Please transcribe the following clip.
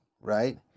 right